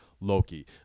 Loki